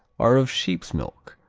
are of sheep's milk,